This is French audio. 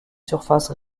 surfaces